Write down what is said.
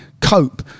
cope